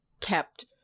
kept